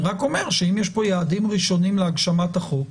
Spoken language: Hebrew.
אני רק אומר שאם יש פה יעדים ראשוניים להגשמת החוק,